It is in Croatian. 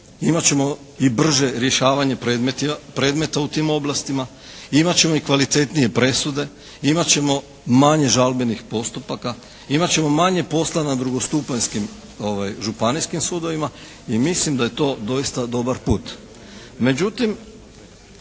imati ćemo i brže rješavanje predmeta u tim oblastima i imati ćemo kvalitetnije presude, imati ćemo manje žalbenih postupaka, imati ćemo manje posla na drugostupanjskim županijskim sudovima i mislim da je to doista dobar put.